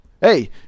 hey